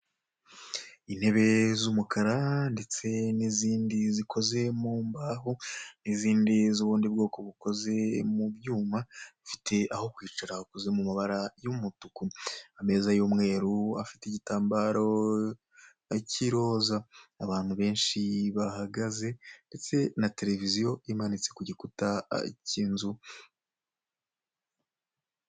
Intebe z'umukara ndetse n'izindi zikoze mu mbaho, n'izindi z'ubundi bwoko bukoze mu byuma zifite aho kwicara hakoze mu mabara y'umutuku, ameza y'umweru afite igitambaro k'iroza abantu benshi bahagaze ndetse na televiziyo imanitse ku gikuta cy'inzu.